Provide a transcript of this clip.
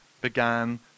began